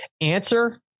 answer